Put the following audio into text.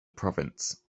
province